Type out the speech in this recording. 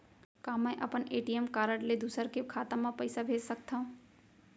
का मैं अपन ए.टी.एम कारड ले दूसर के खाता म पइसा भेज सकथव?